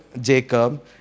Jacob